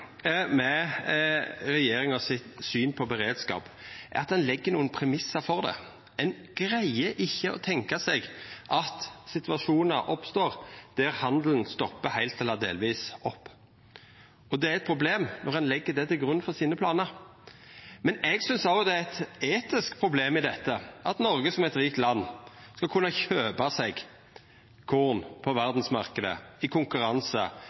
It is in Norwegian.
med regjeringa sitt syn på beredskap er at ein legg nokre premiss for det. Ein greier ikkje å tenkja seg at situasjonar oppstår der handelen stoppar heilt eller delvis opp. Det er eit problem når ein legg det til grunn for planane sine. Men eg synest òg det er eit etisk problem i dette, at Noreg som eit rikt land skal kunna kjøpa seg korn på verdsmarknaden i konkurranse